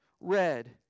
red